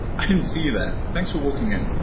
i didn't see you there. thanks for walking in.